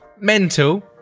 mental